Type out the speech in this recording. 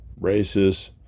races